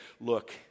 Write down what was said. Look